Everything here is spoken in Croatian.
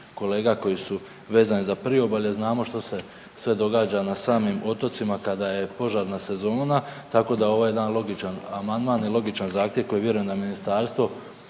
kolega koji su vezani za priobalje znamo što se sve događa na samim otocima kada je požarna sezona tako da je ovo jedan logičan amandman i logičan zahtjev koji vjerujem da ministarstvo